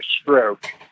stroke